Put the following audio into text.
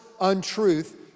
untruth